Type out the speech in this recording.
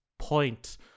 point